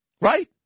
Right